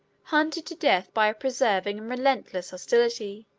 hunted to death by a persevering and relentless hostility,